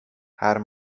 haar